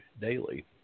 daily